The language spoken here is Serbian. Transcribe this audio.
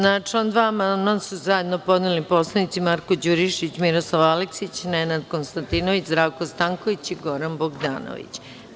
Na član 2. amandman su zajedno podneli poslanici Marko Đurišić, Miroslav Aleksić, Nenad Konstantinović, Zdravko Stanković i Goran Bogdanović.